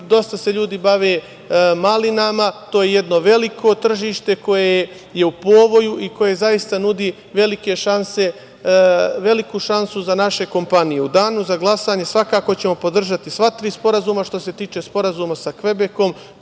dosta se ljudi bavi malinama. To je jedno veliko tržište koje je u povoju i koje nudi veliku šansu za naše kompanije.U Danu za glasanje, svakako ćemo podržati sva tri sporazuma. Što se tiče sporazuma sa Kvebekom,